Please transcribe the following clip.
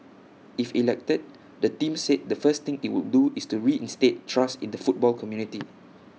if elected the team said the first thing IT would do is work to reinstate trust in the football community